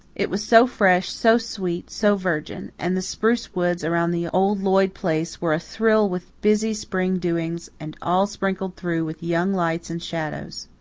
it was so fresh, so sweet, so virgin and the spruce woods around the old lloyd place were athrill with busy spring doings and all sprinkled through with young lights and shadows.